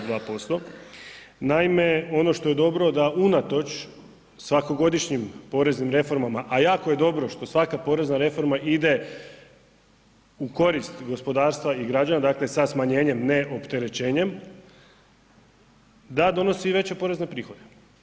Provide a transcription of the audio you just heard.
Naime ono što je dobro da unatoč svakogodišnjim poreznim reformama, a jako je dobro što svaka porezna reforma ide u korist gospodarstva i građana, dakle sa smanjenjem, ne opterećenjem, da donosi i veće porezne prihode.